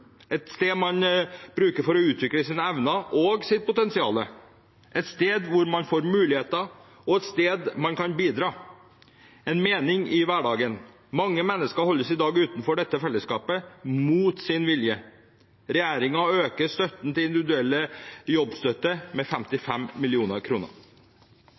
et sted man bruker for å utvikle sine evner og sitt potensial, et sted hvor man får muligheter, og et sted hvor man kan bidra – en mening i hverdagen. Mange mennesker holdes i dag utenfor dette fellesskapet mot sin vilje. Regjeringen øker støtten til Individuell jobbstøtte med